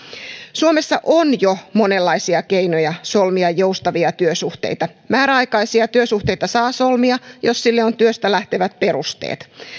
suomessa on jo monenlaisia keinoja solmia joustavia työsuhteita määräaikaisia työsuhteita saa solmia jos sille on työstä lähtevät perusteet